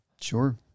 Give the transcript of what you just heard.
Sure